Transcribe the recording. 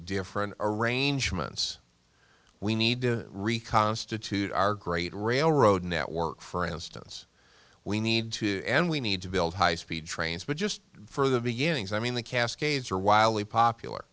different arrangements we need to reconstitute our great railroad network for instance we need to and we need to build high speed trains but just for the beginnings i mean the cascades are wildly popular